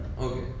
Okay